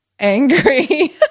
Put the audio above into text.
Angry